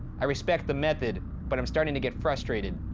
i respect the method, but i'm starting to get frustrated.